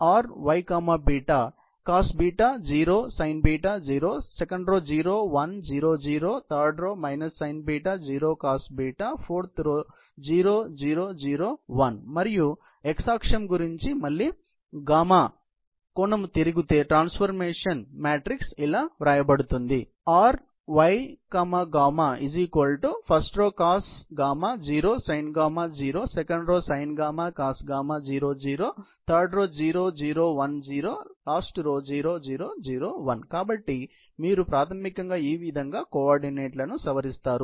Ry cos 0 sin 0 0 10 0 sin 0 cos 0 0 0 0 1 మరియు z అక్షం గురించి మళ్ళీ తిరుగుతే transformation matrix Ry cos 0 sin 0 sin cos0 0 0 0 1 0 0 0 0 1 ఇలా వ్రాయబడుతుంది కాబట్టి మీరు ప్రాథమికంగా ఈవిధంగా కోఆర్డినేట్లను సవరిస్తారు